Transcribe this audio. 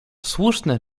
słuszne